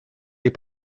les